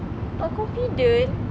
tak confident